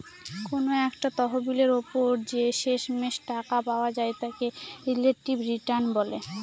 কোনো একটা তহবিলের ওপর যে শেষমেষ টাকা পাওয়া যায় তাকে রিলেটিভ রিটার্ন বলে